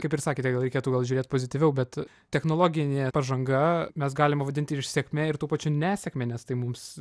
kaip ir sakėte gal reikėtų gal žiūrėt pozityviau bet technologinė pažanga mes galima vadinti ir sėkme ir tuo pačiu nesėkme nes tai mums